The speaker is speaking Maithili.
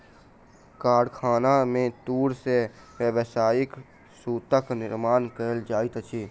कारखाना में तूर से व्यावसायिक सूतक निर्माण कयल जाइत अछि